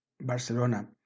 Barcelona